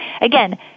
Again